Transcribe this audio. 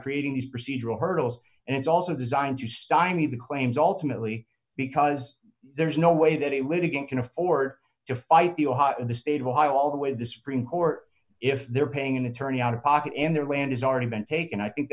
creating these procedural hurdles and it's also designed to stop any of the claims ultimately because there's no way that a litigant can afford to fight the state of ohio all the way the supreme court if they're paying an attorney out of pocket and their land has already been taken i think